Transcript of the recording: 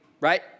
right